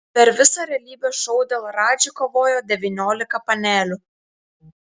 per visą realybės šou dėl radži kovojo devyniolika panelių